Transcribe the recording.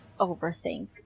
overthink